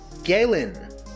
Galen